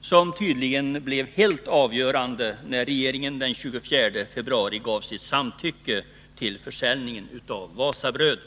som tydligen blev helt avgörande, när regeringen den 24 februari gav sitt samtycke till försäljningen av Wasabröd.